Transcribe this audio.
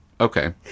Okay